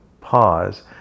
pause